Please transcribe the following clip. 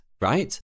right